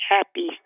Happy